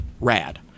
Rad